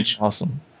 Awesome